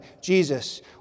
Jesus